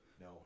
No